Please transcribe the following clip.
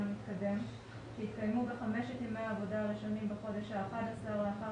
המתקדם שהתקיימו בחמשת ימי העבודה הראשונים בחודש ה-11 לאחר